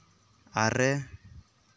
ᱟᱨᱮ